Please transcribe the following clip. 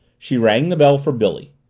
she rang the bell for billy.